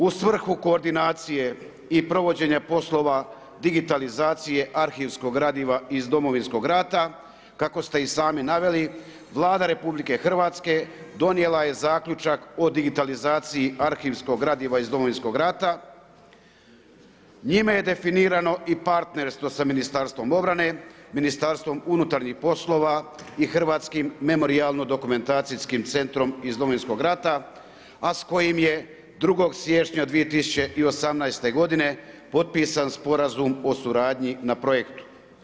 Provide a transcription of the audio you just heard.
Uz svrhu koordinacije i provođenja poslova digitalizacije arhivskog gradiva iz Domovinskog rata, kako ste i sami naveli Vlada RH, donijela je zaključak od digitalizaciji arhivskog gradiva iz Domovinskog rata, njime je definirano i partnerstvo sa Ministarstvom obrane, Ministarstvom unutarnjih poslova i Hrvatskim memorijalno-dokumentacijskim centrom iz Domovinskog rata a s kojim je 2. siječnja 2018. godine potpisan sporazum o suradnji na projektu.